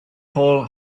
hole